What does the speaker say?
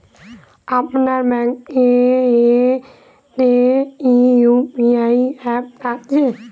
আপনার ব্যাঙ্ক এ তে কি ইউ.পি.আই অ্যাপ আছে?